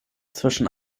zwischen